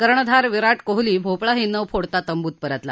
कर्णधार विराट कोहली भोपळाही न फोडता तंबूत परतला